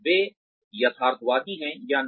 वे यथार्थवादी हैं या नहीं